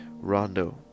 Rondo